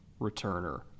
returner